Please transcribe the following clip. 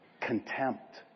Contempt